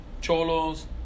Cholos